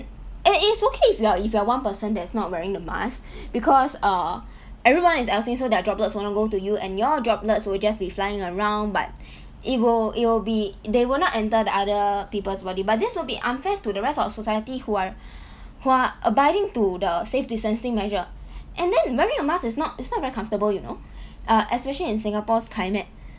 it it's okay if you are if you are one person that's not wearing the mask because uh everyone is so their droplets won't to go to you and your droplets will just be flying around but it will it will be they will not enter the other people's body but this will be unfair to the rest of society who are who are abiding to the safe distancing measure and then wearing a mask is not is not very comfortable uh you know especially in singapore's climate